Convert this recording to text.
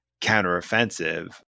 counteroffensive